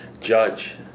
Judge